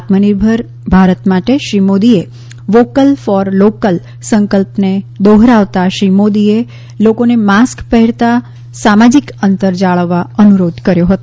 આત્મનિર્ભર ભારત માટે શ્રી મોદીએ વોકલ ફોર લોકલ સંકલ્પને દોહરાવતા શ્રી મોદીએ લોકોને માસ્ક પહેરતા સામાજિક અંતર જાળવવા અનુરોધ કર્યો હતો